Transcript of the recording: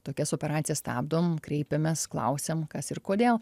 tokias operacijas stabdom kreipiamės klausiam kas ir kodėl